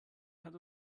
hat